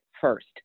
first